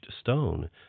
stone